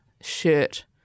shirt